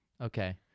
Okay